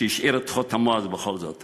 שהשאיר את חותמו, אז בכל זאת.